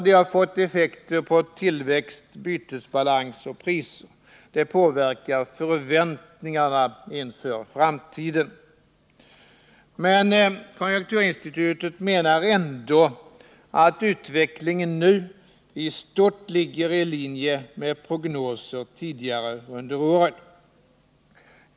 Det har fått effekter på tillväxt, bytesbalans och priser. Det påverkar förväntningarna inför framtiden. Men konjunkturinstitutet menar ändå att utvecklingen nu i stort ligger i linje med prognoser tidigare under året.